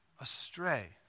astray